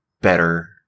better